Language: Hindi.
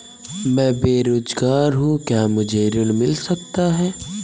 मैं बेरोजगार हूँ क्या मुझे ऋण मिल सकता है?